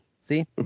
see